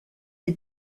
des